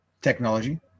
technology